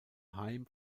heim